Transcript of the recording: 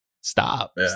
Stop